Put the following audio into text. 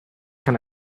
can